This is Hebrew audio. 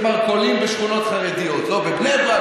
מרכולים בשכונות חרדיות: לא בבני ברק,